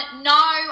No